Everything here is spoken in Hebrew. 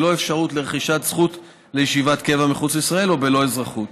בלא אפשרות לרכישת זכות לישיבת קבע מחוץ לישראל או בלא אזרחות.